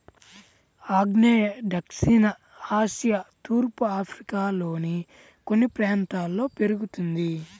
ఆగ్నేయ దక్షిణ ఆసియా తూర్పు ఆఫ్రికాలోని కొన్ని ప్రాంతాల్లో పెరుగుతుంది